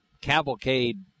cavalcade